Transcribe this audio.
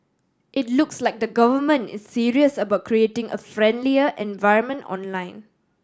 it looks like the Government is serious about creating a friendlier environment online